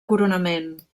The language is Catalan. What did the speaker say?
coronament